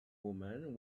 woman